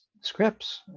scripts